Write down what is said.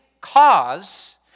cause